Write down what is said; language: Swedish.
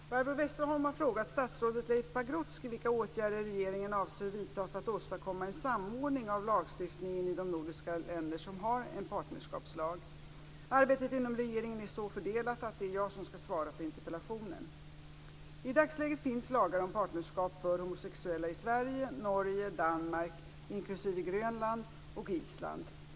Fru talman! Barbro Westerholm har frågat statsrådet Leif Pagrotsky vilka åtgärder regeringen avser vidta för att åstadkomma en samordning av lagstiftningen i de nordiska länder som har en partnerskapslag. Arbetet inom regeringen är så fördelat att det är jag som skall svara på interpellationen. I dagsläget finns lagar om partnerskap för homosexuella i Sverige, Norge, Danmark - inklusive Grönland - och Island.